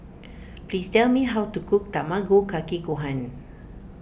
please tell me how to cook Tamago Kake Gohan